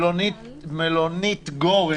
מלונית "גורן"